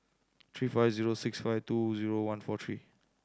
three five zero six five two zero one four three